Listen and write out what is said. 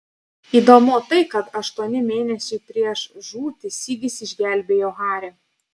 įdomu tai kad aštuoni mėnesiai prieš žūtį sigis išgelbėjo harį